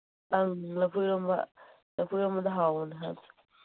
ꯑꯪ ꯂꯐꯨ ꯏꯔꯣꯟꯕ ꯂꯐꯨ ꯏꯔꯣꯟꯕꯗꯨ ꯍꯥꯎꯕꯅꯦ